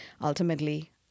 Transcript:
Ultimately